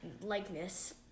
likeness